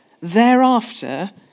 thereafter